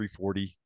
340